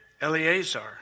Eleazar